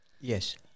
Yes